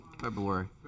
February